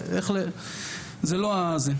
זה לא זה.